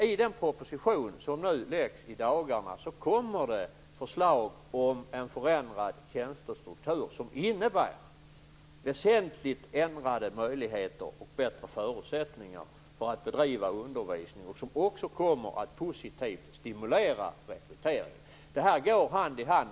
I den proposition som läggs fram i dagarna kommer det förslag om en förändrad tjänstestruktur som innebär väsentligt ändrade möjligheter och bättre förutsättningar för att bedriva undervisning. Det kommer att positivt stimulera rekryteringen. Det här går hand i hand.